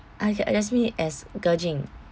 uh you can address me as ge jing